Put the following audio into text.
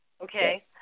Okay